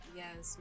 yes